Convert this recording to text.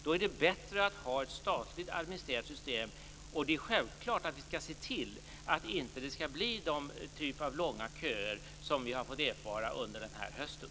Då är det bättre att ha ett statligt administrerat system. Vi skall självfallet se till att det inte skall bli så långa köer som vi har haft under den här hösten.